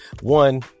One